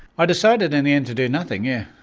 i decided in the end to do nothing yeah.